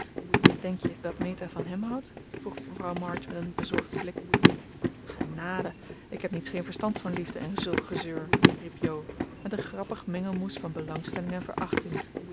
denk je dat meta van hem houdt vroeg mevrouw march met een bezorgden blik genade ik heb niets geen verstand van liefde en zulk gezeur riep jo met een grappig mengelmoes van belangstelling en verachting